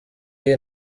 iyi